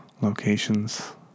locations